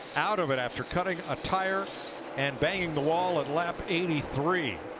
out of it after cutting attire and banging the wall in lab eighty three.